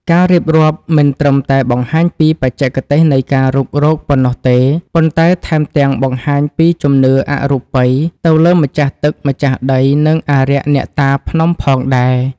ការរៀបរាប់មិនត្រឹមតែបង្ហាញពីបច្ចេកទេសនៃការរុករកប៉ុណ្ណោះទេ ប៉ុន្តែថែមទាំងបង្ហាញពីជំនឿអរូបីទៅលើម្ចាស់ទឹកម្ចាស់ដី និងអារក្សអ្នកតាភ្នំផងដែរ។